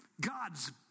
God's